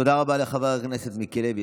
תודה רבה לחבר הכנסת מיקי לוי,